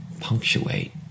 punctuate